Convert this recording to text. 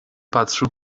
patrzył